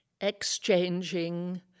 exchanging